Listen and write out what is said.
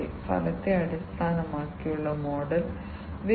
അതിനാൽ സ്കാൻ സൈക്കിളിൽ അടിസ്ഥാനപരമായി ഈ ലൂപ്പിംഗ് സംഭവിക്കുന്നു